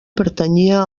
pertanyia